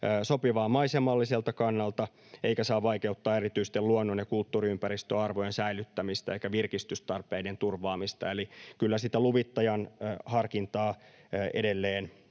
sopivaa maisemalliselta kannalta, eikä se saa vaikeuttaa erityisten luonnon- tai kulttuuriympäristön arvojen säilyttämistä eikä virkistystarpeiden turvaamista. Eli kyllä sitä luvittajan harkintaa edelleen